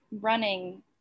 running